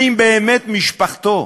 ואם באמת משפחתו,